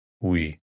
oui